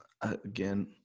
again